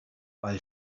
while